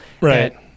right